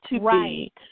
Right